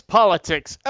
Politics